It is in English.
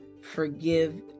forgive